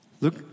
look